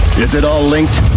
is it all linked?